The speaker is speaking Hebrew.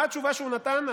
מה התשובה שהוא נתן?